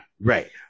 Right